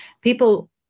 people